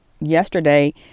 yesterday